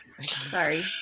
Sorry